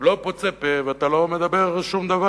לא פוצה פה, ואתה לא אומר שום דבר.